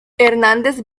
hernández